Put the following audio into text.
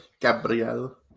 Gabriel